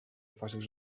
fàcils